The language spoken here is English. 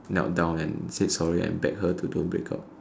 knelt down and said sorry and begged her to don't break up